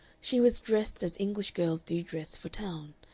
she was dressed as english girls do dress for town,